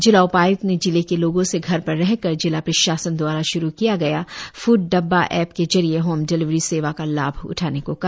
जिला उपाय्क्त ने जिले के लोगों से घर पर रहकर जिला प्रशासन दवारा शुरु किया गया फ़ड डब्बा एप के जरिए होम डेलिवरी सेवा का लाभ उठाने को कहा